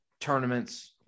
tournaments